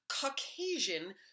Caucasian